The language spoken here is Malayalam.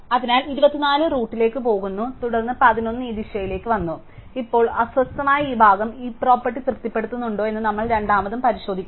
അതിനാൽ 24 റൂട്ടിലേക്ക് പോകുന്നു തുടർന്ന് 11 ഈ ദിശയിലേക്ക് വന്നു അതിനാൽ ഇപ്പോൾ അസ്വസ്ഥമായ ഈ ഭാഗം ഹീപ് പ്രോപ്പർട്ടി തൃപ്തിപ്പെടുത്തുന്നുണ്ടോ എന്ന് നമ്മൾ രണ്ടാമതും പരിശോധിക്കണം